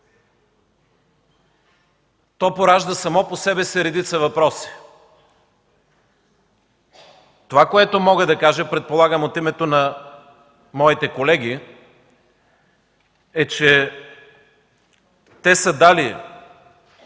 то поражда редица въпроси. Това, което мога да кажа, предполагам от името на моите колеги, е, че те са дали